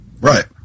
Right